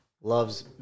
loves